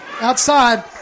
outside